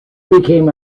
became